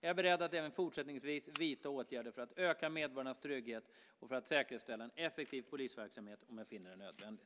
Jag är beredd att även fortsättningsvis vidta åtgärder för att öka medborgarnas trygghet och för att säkerställa en effektiv polisverksamhet om jag finner det nödvändigt.